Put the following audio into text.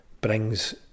brings